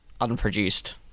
unproduced